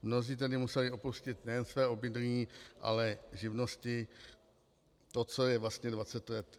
Mnozí tady museli opustit nejen své obydlí, ale živnosti, to, co je vlastně 20 let živilo.